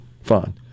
fun